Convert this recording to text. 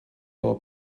lower